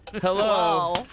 Hello